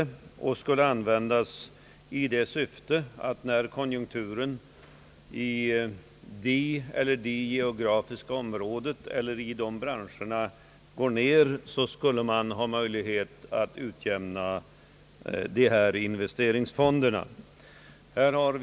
Fonderna skulle användas på så sätt, att när kon byggnader, m.m. junkturen i det eller de geografiska områdena eller branscherna går ner, skulle man ha möjlighet att taga dessa investeringsfonder i anspråk.